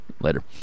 Later